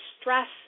stress